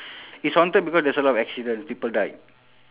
it's haunted because there's a lot of accident people died